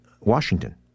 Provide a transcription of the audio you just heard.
Washington